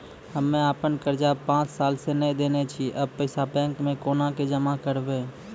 हम्मे आपन कर्जा पांच साल से न देने छी अब पैसा बैंक मे कोना के जमा करबै?